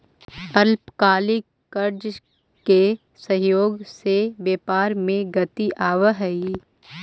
अल्पकालिक कर्जा के सहयोग से व्यापार में गति आवऽ हई